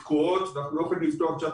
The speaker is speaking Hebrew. תקועות ואנחנו לא יכולים לפתוח את שנת